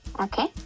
okay